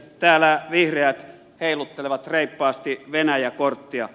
täällä vihreät heiluttelevat reippaasti venäjä korttia